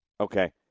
Okay